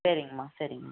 சரிங்மா சரிங்மா